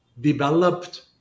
developed